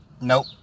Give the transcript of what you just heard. Nope